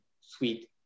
Suite